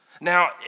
Now